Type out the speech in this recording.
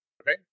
Okay